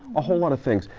a whole lot of things.